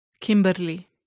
Kimberly